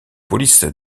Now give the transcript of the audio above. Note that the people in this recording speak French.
police